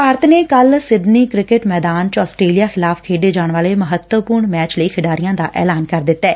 ਭਾਰਤ ਨੇ ਕੱਲ Sydney cricket ਮੈਦਾਨ ਚ ਆਸਟੇਲੀਆ ਖਿਲਾਫ਼ ਖੇਡੇ ਜਾਣ ਵਾਲੇ ਮਹੱਤਵਪੁਰਨ ਮੈਚ ਲਈ ਖਿਡਾਰੀਆਂ ਦਾ ਐਲਾਨ ਕਰ ਦਿੱਤੈ